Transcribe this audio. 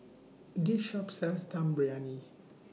This Shop sells Dum Briyani